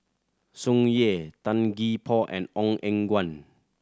Tsung Yeh Tan Gee Paw and Ong Eng Guan